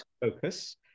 focus